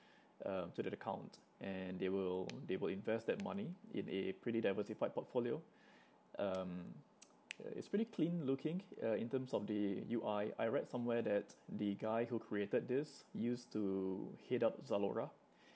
uh to that account and they will they will invest that money in a pretty diversified portfolio um uh it's pretty clean looking uh in terms of the U_I I read somewhere that the guy who created this used to head up Zalora